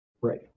right